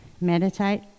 meditate